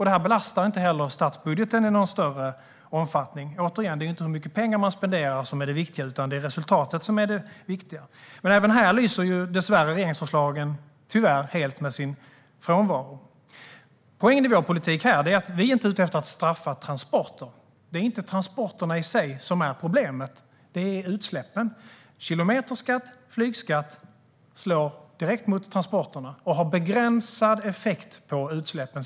Det belastar inte heller statsbudgeten i någon större omfattning. Det är återigen inte hur mycket pengar man spenderar som är det viktiga. Det är resultatet som är det viktiga. Tyvärr lyser regeringsförslagen helt med sin frånvaro även här. Poängen i vår politik när det gäller det här är att vi inte är ute efter att straffa transporter. Det är inte transporterna i sig som är problemet. Det är utsläppen. Kilometerskatt och flygskatt slår direkt mot transporterna och har begränsad effekt på utsläppen.